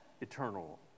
eternal